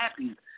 happy